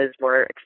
more